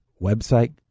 website